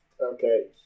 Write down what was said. Okay